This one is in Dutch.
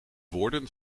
woorden